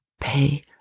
pay